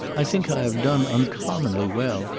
i think i have done uncommonly well.